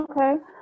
Okay